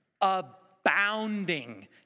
Abounding